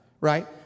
right